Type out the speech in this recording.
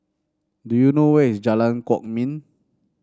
do you know where is Jalan Kwok Min